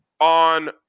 on